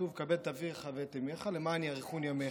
כתוב "כבד את אביך ואת אמך למען יאריכון ימך".